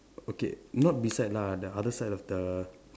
okay not beside lah the other side of the